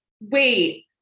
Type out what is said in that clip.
wait